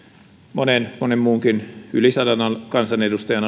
monen monen muunkin yli sadan kansanedustajan